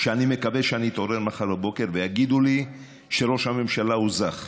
אני מקווה שאני אתעורר מחר בבוקר ויגידו לי שראש הממשלה זך,